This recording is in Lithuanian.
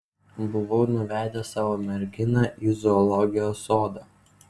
buvau nuvedęs savo merginą į zoologijos sodą